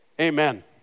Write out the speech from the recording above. Amen